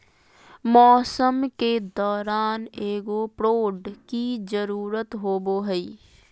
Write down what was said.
मौसम के दौरान एगो प्रोड की जरुरत होबो हइ